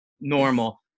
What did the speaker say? normal